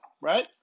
right